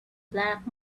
black